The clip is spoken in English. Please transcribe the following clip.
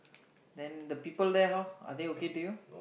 then the people there how are they okay to you